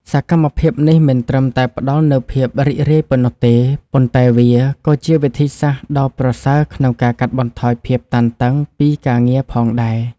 សកម្មភាពនេះមិនត្រឹមតែផ្ដល់នូវភាពរីករាយប៉ុណ្ណោះទេ ប៉ុន្តែវាក៏ជាវិធីសាស្ត្រដ៏ប្រសើរក្នុងការកាត់បន្ថយភាពតានតឹងពីការងារផងដែរ។